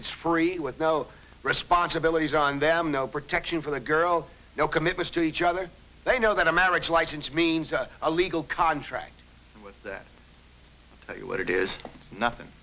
it's free with no responsibilities on them no protection for the girl no commitments to each other they know that a marriage license means or a legal contract that tell you what it is nothing